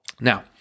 Now